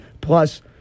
Plus